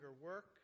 work